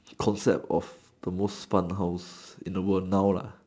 concept of the most fun house in the world now lah